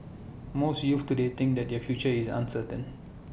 most youths today think that their future is uncertain